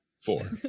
four